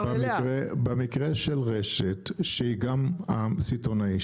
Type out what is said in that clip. במקרה של רשת שהיא גם הסיטונאי,